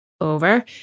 over